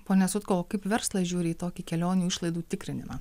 pone sutkau o kaip verslas žiūri į tokį kelionių išlaidų tikrinimą